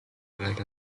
played